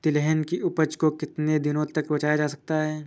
तिलहन की उपज को कितनी दिनों तक बचाया जा सकता है?